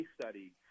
study